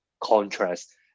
contrast